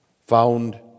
found